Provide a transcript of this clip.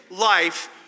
life